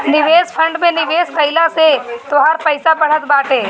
निवेश फंड में निवेश कइला से तोहार पईसा बढ़त बाटे